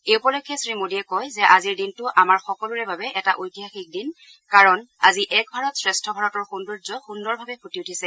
এই উপলক্ষে শ্ৰীমোদীয়ে কয় যে আজিৰ দিনটো আমি সকলোৰে বাবে এটা ঐতিহাসিক দিন কাৰণ আজি এক ভাৰত শ্ৰেষ্ঠ ভাৰতৰ সৌন্দৰ্য সুন্দৰভাৱে ফুটি উঠিছে